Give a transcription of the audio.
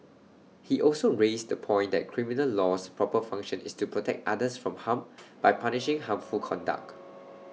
he also raised the point that criminal law's proper function is to protect others from harm by punishing harmful conduct